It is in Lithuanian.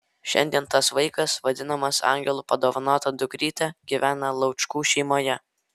šiandien tas vaikas vadinamas angelų padovanota dukryte gyvena laučkų šeimoje